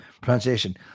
pronunciation